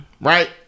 Right